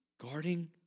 guarding